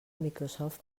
microsoft